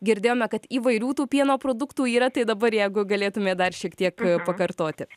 girdėjome kad įvairių tų pieno produktų yra tai dabar jeigu galėtumėt dar šiek tiek pakartoti